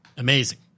Amazing